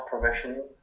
provision